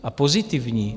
A pozitivní!